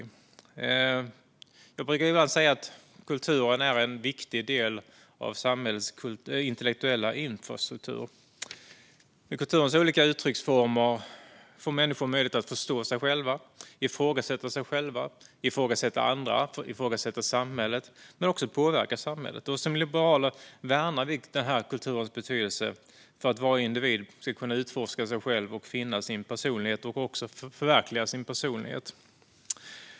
Jag brukar säga att kulturen är en viktig del av samhällets intellektuella infrastruktur. I kulturens olika uttrycksformer får människor möjlighet att förstå sig själva, ifrågasätta sig själva, ifrågasätta andra, ifrågasätta samhället och även påverka samhället. Vi liberaler värnar kulturens betydelse för att varje individ ska kunna utforska sig själv och förverkliga sin personlighet.